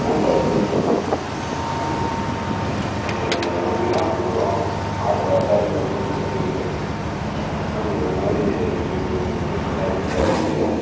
என்னங்க சார் இப்படி இருக்கீங்க என்ன சார் உங்களை நம்பிதான் கொடுக்குறோம் ஆட்ரு கரெக்டாக நீங்கள் கொண்டு வந்து கொடுத்துருவீங்கனு இந்த மாதிரி விட்டு விட்டு விட்டு கொடுத்தா என்னங்க சார் இருக்குது